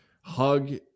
hug